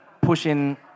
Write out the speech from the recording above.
pushing